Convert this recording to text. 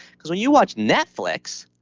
because when you watch netflix,